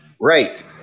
Right